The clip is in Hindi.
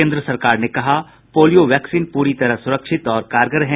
केन्द्र सरकार ने कहा पोलियो वैक्सीन पूरी तरह सुरक्षित और कारगर हैं